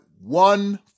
one